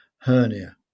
hernia